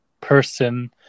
person